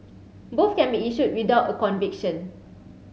both can be issued without a conviction